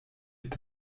est